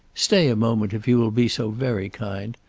stay a moment if you will be so very kind.